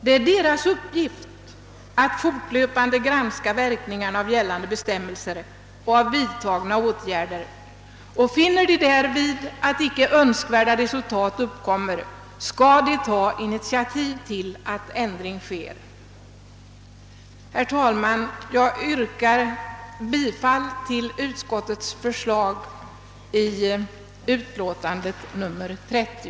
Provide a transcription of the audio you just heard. Det är deras uppgift att fortlöpande granska verkningarna av gällande bestämmelser och av vidtagna åtgärder. Finner de därvid att icke önskvärda resultat uppkommer, skall de ta initiativ till att ändring sker. Herr talman! Jag yrkar bifall till utskottets hemställan i utlåtandet nr 30.